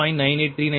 98396 மற்றும் j 0